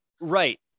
Right